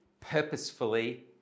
purposefully